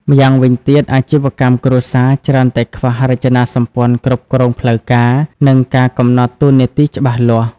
ម្យ៉ាងវិញទៀត អាជីវកម្មគ្រួសារច្រើនតែខ្វះ រចនាសម្ព័ន្ធគ្រប់គ្រងផ្លូវការ និងការកំណត់តួនាទីច្បាស់លាស់។